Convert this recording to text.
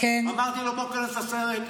אמרתי לו: בוא תיכנס לסרט,